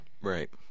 Right